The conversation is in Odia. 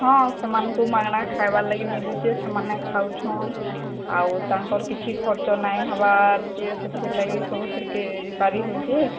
ହଁ ସେମାନଙ୍କୁ ମାଗଣା ଖାଇବାର୍ ଲାଗି ମିଲୁଚେ ସେମାନେ ଖାଉଛନ୍ ଆଉ ତାଙ୍କର କିଛି ଖର୍ଚ୍ଚ ନାଇଁ ହବାର୍ ଯେ ସେଥିର୍ ଲାଗି ସବୁଥିକ ପାରି ହଉଚେ